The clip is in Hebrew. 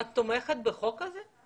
עקרונית את תומכת בחוק הזה?